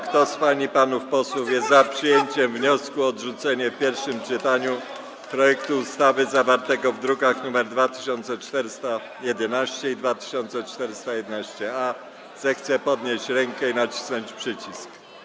Kto z pań i panów posłów jest za przyjęciem wniosku o odrzucenie w pierwszym czytaniu projektu ustawy zawartego w drukach nr 2411 i 2411-A, zechce podnieść rękę i nacisnąć przycisk.